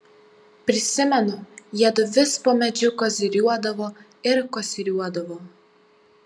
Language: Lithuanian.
prisimenu jiedu vis po medžiu koziriuodavo ir koziriuodavo